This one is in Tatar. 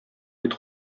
бит